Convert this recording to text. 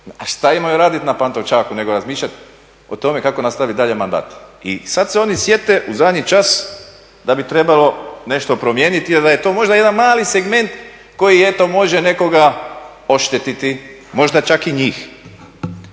A šta imaju raditi na Pantovčaku nego razmišljati o tome kako nastaviti dalje mandat? I sad se oni sjete u zadnji čas da bi trebalo nešto promijeniti, jer da je to možda jedan mali segment koji eto može nekoga oštetiti, možda čak i njih.